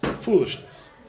foolishness